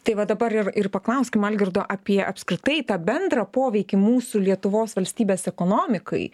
tai va dabar ir ir paklauskim algirdo apie apskritai tą bendrą poveikį mūsų lietuvos valstybės ekonomikai